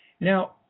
Now